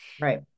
right